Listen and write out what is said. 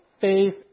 faith